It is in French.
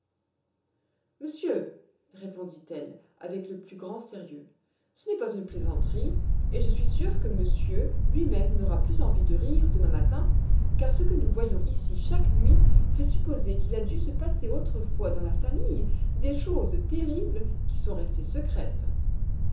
monsieur répondit-elle avec le plus grand sérieux ce n'est pas une plaisanterie et je suis sûre que monsieur lui-même n'aura plus envie de rire demain matin car ce que nous voyons ici chaque nuit fait supposer qu'il a dû se passer autrefois dans la famille des choses terribles qui sont restées secrètes